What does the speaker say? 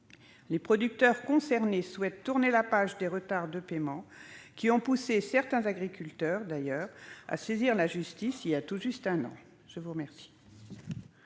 Les producteurs concernés souhaitent tourner la page des retards de paiement, qui ont poussé certains agriculteurs à saisir la justice il y a tout juste un an ! La parole